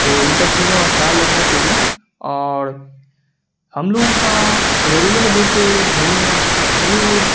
تو ان سب چیزوں کا خیال رکھنا چاہیے اور ہم لوگوں کا ریگولر وے پہ ملنا یہ ایک